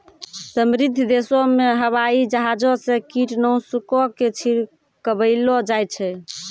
समृद्ध देशो मे हवाई जहाजो से कीटनाशको के छिड़कबैलो जाय छै